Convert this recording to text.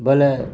ବୋଇଲେ